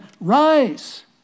rise